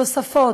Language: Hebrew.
תוספות: